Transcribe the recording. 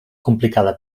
complicada